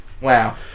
Wow